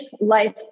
life